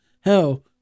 Hell